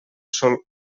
sol